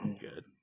Good